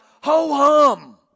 ho-hum